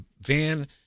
van